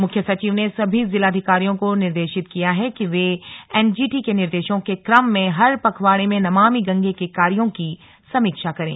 मुख्य सचिव ने सभी जिलाधिकारियों को निर्देशित किया है कि वे एनजीटी के निर्देशों के क्रम में हर पखवाड़े में नमामि गंगे के कार्यो की समीक्षा करें